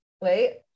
wait